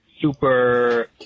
super